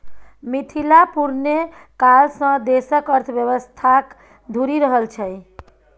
मिथिला पुरने काल सँ देशक अर्थव्यवस्थाक धूरी रहल छै